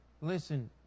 listen